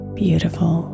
beautiful